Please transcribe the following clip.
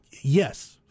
yes